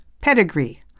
pedigree